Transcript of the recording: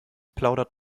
plaudert